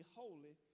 holy